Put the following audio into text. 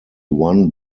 one